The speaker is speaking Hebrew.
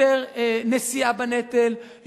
יותר נשיאה בנטל,